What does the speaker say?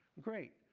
great.